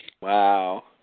Wow